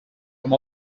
amb